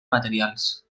materials